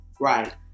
Right